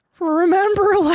Remember